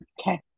Okay